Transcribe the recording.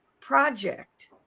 project